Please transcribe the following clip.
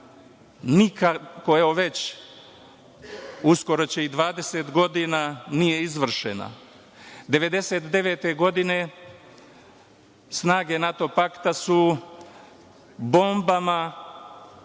koja već, uskoro će i 20 godina, nije izvršena, 1999. godine snage NATO-pakta su bombama